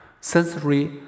sensory